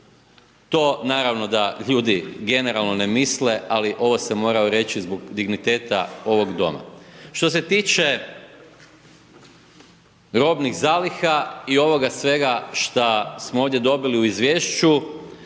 To naravno da ljudi generalno ne misle ali ovo sam morao reći zbog digniteta ovog Doma. Što se tiče robnih zaliha i ovoga svega šta smo ovdje dobili u izvješću,